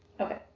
Okay